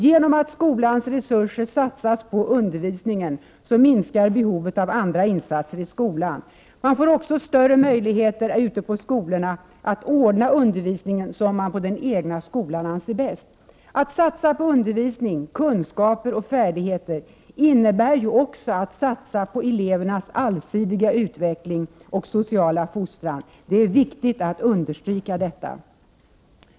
Genom att skolans resurser satsas på undervisningen, minskar behovet av andra insatser i skolan. Man får också större möjligheter ute på skolorna att ordna undervisningen som man på den egna skolan anser bäst. Att satsa på undervisning, kunskaper och färdigheter innebär ju också att satsa på elevernas allsidiga utveckling och sociala fostran. Det är viktigt att understryka detta.